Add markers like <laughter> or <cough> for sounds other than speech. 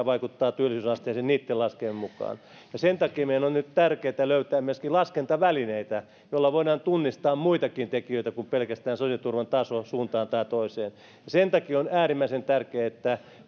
<unintelligible> vaikuttaa työllisyysasteeseen niitten laskelmien mukaan joko parantaa tai heikentää sen takia meillä on nyt tärkeätä löytää myöskin laskentavälineitä joilla voidaan tunnistaa muitakin tekijöitä kuin pelkästään sosiaaliturvan taso suuntaan tai toiseen ja sen takia on äärimmäisen tärkeää että